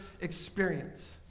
experience